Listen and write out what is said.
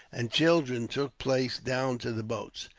and children took place down to the boats.